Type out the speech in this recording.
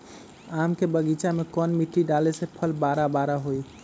आम के बगीचा में कौन मिट्टी डाले से फल बारा बारा होई?